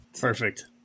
Perfect